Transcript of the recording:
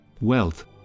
wealth